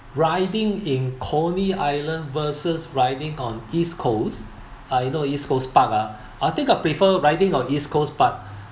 riding in coney island versus riding on east coast uh you know east coast park ah I think I prefer riding on east coast park